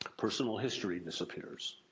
personal history disappears.